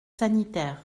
sanitaires